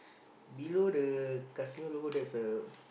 below the casino logo there is a